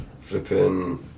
Flipping